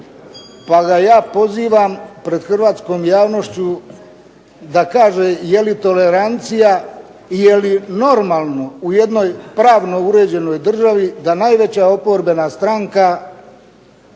pa ga ja pozivam pred hrvatskom javnošću da kaže je li tolerancije i je li normalno u jednoj pravno uređenoj državi da najveća oporbena stranka